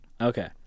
Okay